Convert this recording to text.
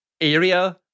area